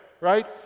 right